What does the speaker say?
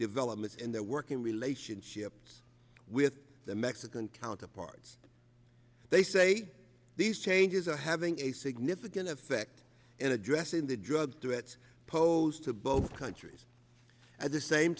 developments in their working relationships with the mexican counterparts they say these changes are having a significant effect in addressing the drug threat posed to both countries at the same